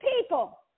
people